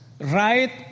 right